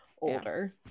Older